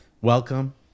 welcome